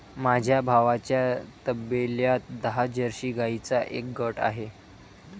माझ्या भावाच्या तबेल्यात दहा जर्सी गाईंचा एक गट आहे